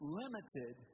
limited